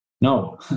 No